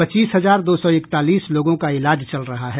पच्चीस हजार दो सौ इकतालीस लोगों का इलाज चल रहा है